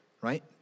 right